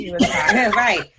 right